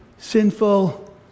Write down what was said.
Sinful